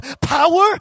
power